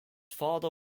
father